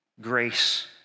grace